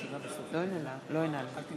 מצביעה אורן אסף חזן,